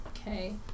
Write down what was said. Okay